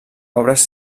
obres